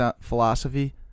philosophy